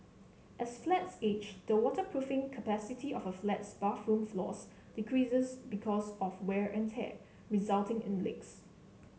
as flats age the waterproofing capacity of a flat's bathroom floors decreases because of wear and tear resulting in leaks